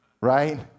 right